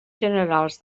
generals